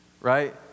right